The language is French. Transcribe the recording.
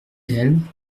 elle